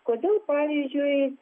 kodėl pavyzdžiui